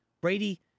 Brady